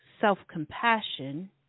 self-compassion